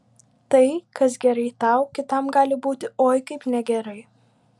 tai kas gerai tau kitam gali būti oi kaip negerai